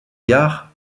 gare